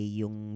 yung